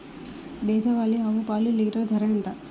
దేశవాలీ ఆవు పాలు లీటరు ధర ఎంత?